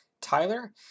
Tyler